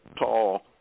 tall